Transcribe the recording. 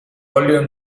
óleo